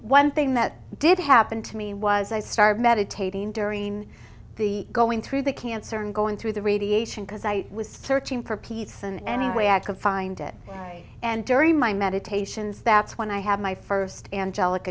one thing that did happen to me was i started meditating during the going through the cancer and going through the radiation because i was searching for pizza any way i could find it and during my meditations that's when i had my first angelic